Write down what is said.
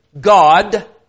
God